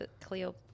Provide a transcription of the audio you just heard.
Cleo